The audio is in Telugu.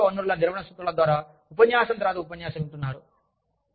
మీరు మానవ వనరుల నిర్వహణ సూత్రాల ద్వారా ఉపన్యాసం తర్వాత ఉపన్యాసం వింటున్నారు